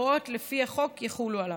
ההוראות לפי החוק יחולו עליו.